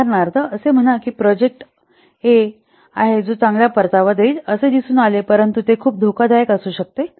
उदाहरणार्थ असे म्हणा की एक प्रोजेक्ट अ आहे जो चांगला परतावा देईल असे दिसून आले परंतु ते खूप धोकादायक असू शकते